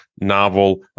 novel